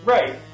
Right